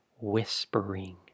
whispering